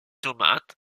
tomates